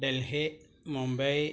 Delhi Mumbai